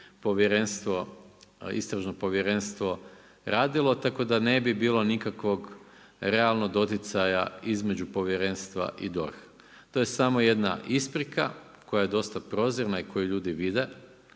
istražno povjerenstvo radilo, tako da ne bi bilo nikakvog realnog doticaja između povjerenstva i DORH-a. To je samo jedna isprika koja je dosta proziran i koju ljudi vide,